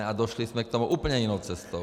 A došli jsme k tomu úplně jinou cestou.